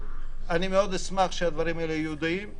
אני מאוד אשמח שהדברים האלה יהיו ידועים,